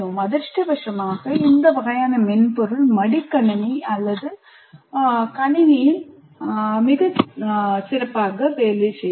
அதிர்ஷ்டவசமாக இந்த வகையான மென்பொருள் மடிக்கணினி அல்லது கணினியில் வேலை செய்யும்